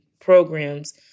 programs